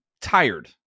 tired